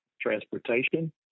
transportation